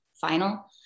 final